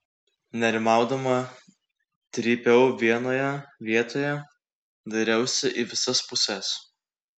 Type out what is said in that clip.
nerimaudama trypiau vienoje vietoje dairiausi į visas puses